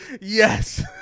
Yes